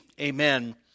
Amen